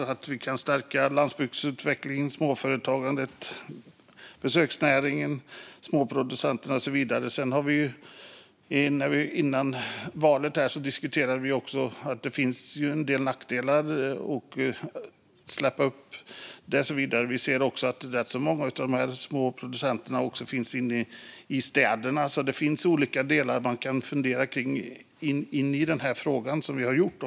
Man kan stärka landsbygdsutvecklingen, småföretagandet, besöksnäringen, småproducenter och så vidare. Före valet diskuterade vi att det finns en del nackdelar med att släppa monopolet och att rätt många småproducenter finns i städerna. Det finns olika delar i frågan som man kan fundera på, och det har vi gjort.